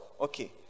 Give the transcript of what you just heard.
Okay